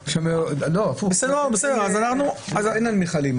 אין על מכלים.